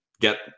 get